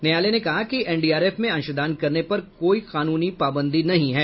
न्यायालय ने कहा कि एनडीआरएफ में अंशदान करने पर कोई कानूनी पाबंदी नहीं है